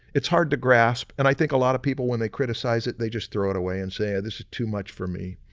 it's hard to grasp and i think a lot of people when they criticize it, they just throw it away and say this is too much for me,